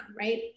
right